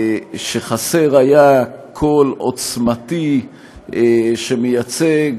חסר היה קול עוצמתי שמייצג,